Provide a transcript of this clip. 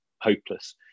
hopeless